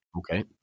Okay